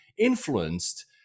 influenced